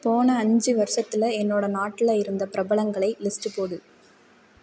போன அஞ்சு வருஷத்துல என்னோடய நாட்டில இருந்த பிரபலங்களை லிஸ்ட் போடு